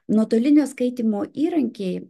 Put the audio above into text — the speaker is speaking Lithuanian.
nuotolinio skaitymo įrankiai